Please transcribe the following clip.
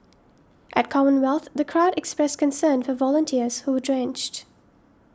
at Commonwealth the crowd expressed concern for volunteers who drenched